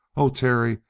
oh, terry,